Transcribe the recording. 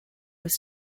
was